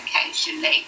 occasionally